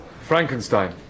Frankenstein